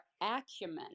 acumen